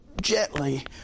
gently